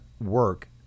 work